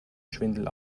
schwindel